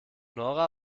nora